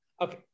Okay